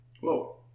Whoa